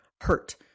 hurt